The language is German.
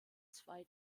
zwei